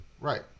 Right